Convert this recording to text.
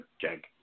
jack